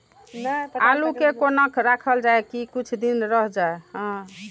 आलू के कोना राखल जाय की कुछ दिन रह जाय?